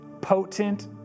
potent